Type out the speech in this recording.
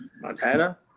Montana